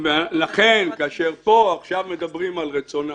לכן, כאשר פה עכשיו מדברים על רצון העם,